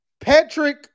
Patrick